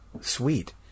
sweet